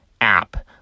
app